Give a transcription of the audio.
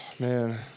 Man